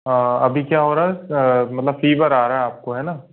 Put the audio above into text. अभी क्या हो रहा है मतलब फीवर आ रहा है आपको है न